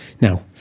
Now